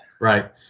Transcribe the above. Right